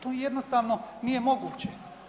To jednostavno nije moguće.